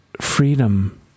freedom